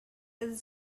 and